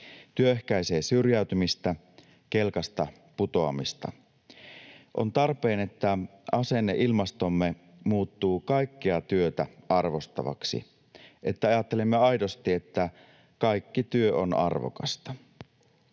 Työ ehkäisee syrjäytymistä, kelkasta putoamista. On tarpeen, että asenneilmastomme muuttuu kaikkea työtä arvostavaksi, että ajattelemme aidosti, että kaikki työ on arvokasta.